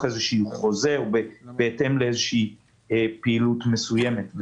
איזשהו חוזה או בהתאם לאיזו פעילות מסוימת.